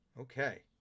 Okay